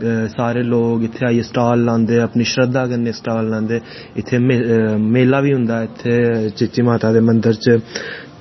सारे लोग इत्थें आईयै स्टॉल लांदे अपनी श्रध्दा कन्नै स्टॉल लांदे इत्थै मेला बी होंदा इत्थै चीची माता दे मन्दर च